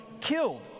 killed